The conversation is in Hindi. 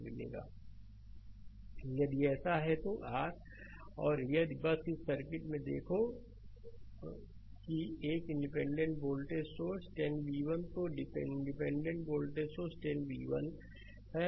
स्लाइड समय देखें 0450 यदि ऐसा है तो r और यदि बस इस सर्किट में यह देखो कि एक इंडिपेंडेंट वोल्टेज सोर्स 10 v1 है तोइंडिपेंडेंट वोल्टेज सोर्स 10 v1 है